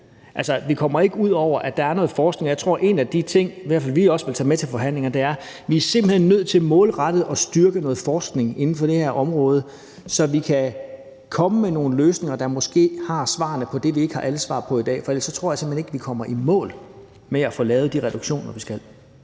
Altså, vi kommer ikke ud over, at det handler om forskning. En af de ting, vi i hvert fald vil tage med til forhandlingerne, er, at vi simpelt hen er nødt til målrettet at styrke forskningen inden for det her område, så vi kan komme med nogle løsninger, der måske rummer svarene på det, vi ikke har alle svarene på i dag, for ellers tror jeg simpelt hen ikke, at vi kommer i mål med at få lavet de reduktioner, vi skal.